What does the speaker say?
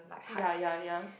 ya ya ya